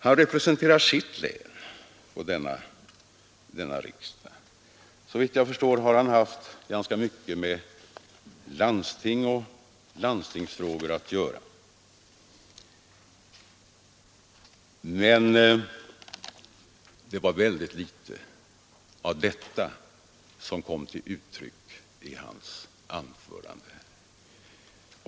Han representerar sitt län här i riksdagen, och såvitt jag förstår har han haft ganska mycket med landstinget och med vårdfrågor att göra, men ytterst litet av detta kom till uttryck i hans anförande.